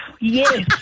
yes